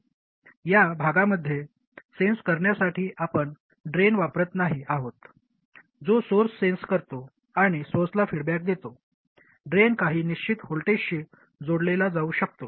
या भागामध्ये सेन्स करण्यासाठी आपण ड्रेन वापरत नाही आहोत जो सोर्स सेन्स करतो आणि सोर्सला फीडबॅक देतो ड्रेन काही निश्चित व्होल्टेजशी जोडला जाऊ शकतो